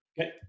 Okay